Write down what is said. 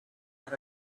than